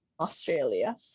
Australia